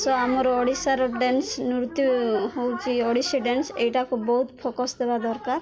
show ଆମର ଓଡ଼ିଶାର dance ନୃତ୍ୟ ହଉଛି ଓଡ଼ିଶୀ ଡ୍ୟାନ୍ସ ଏଇଟାକୁ ବହୁତ ଫୋକସ ଦେବା ଦରକାର